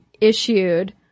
issued